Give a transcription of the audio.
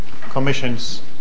Commission's